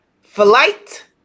flight